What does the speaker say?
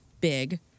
big